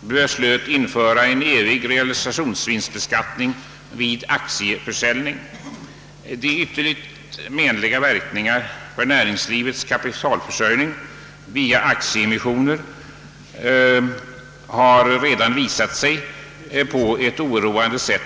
beslutat införa en evig realisationsvinstbeskattning vid aktieförsäljning. De ytterligt menliga verkningarna härav för näringslivets kapitalförsörjning via aktieemissioner har redan visat sig på ett oroande sätt.